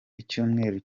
icyumweru